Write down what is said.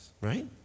right